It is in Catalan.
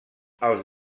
els